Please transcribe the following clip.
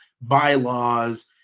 bylaws